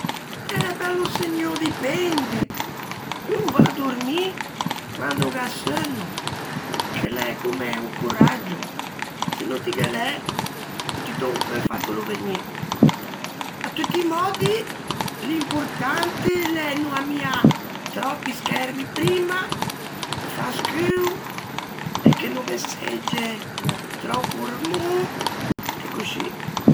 Eh bello Segnô, dipende: un o va à dormî quande o gh'à seunno, che o l'é comme on coraggio, se no ti ghe l'æ no ti t'ô peu fâtelo vegnî. À tutti i mòddi, l'importante l'é no ammiâ tròppi schermi primma, e fâ scuo, e che no ghe segge tròppo rumô, e coscì.